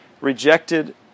rejected